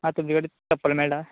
आं तुजे कडेन चप्पलां मेळटात